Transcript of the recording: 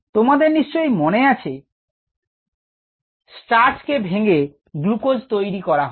তোমাদের নিশ্চয়ই মনে আছে স্টার্চ কে ভেঙে গ্লূকোজ তৈরি করা হয়